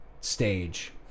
stage